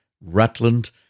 Rutland